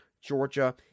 Georgia